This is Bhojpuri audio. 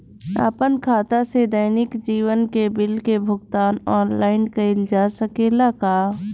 आपन खाता से दैनिक जीवन के बिल के भुगतान आनलाइन कइल जा सकेला का?